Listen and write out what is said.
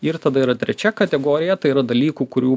ir tada yra trečia kategorija tai yra dalykų kurių